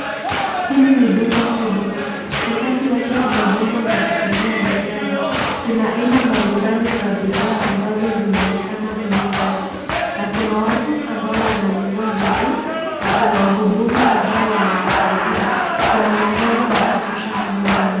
Hili ni duka kubwa, sakafu yake imejengwa kwa kutumia vigae. Kuna aina mbalimbali za bidhaa ambazo zinaonekana humu ndani na kuna watu ambao wananunua bidhaa na kuna wahudumu ambao wanawasaidia. Kuna mwangaza wa kutosha humu ndani.